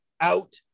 out